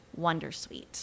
wondersuite